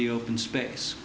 the open space